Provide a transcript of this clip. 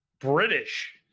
British